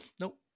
Nope